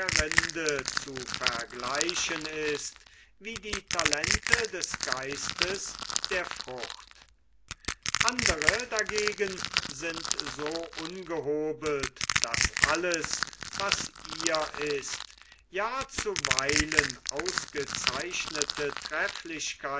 rinde zu vergleichen ist wie die talente des geistes der frucht andre dagegen sind so ungehobelt daß alles was ihr ist ja zuweilen ausgezeichnete